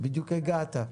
ובדיוק הגעת.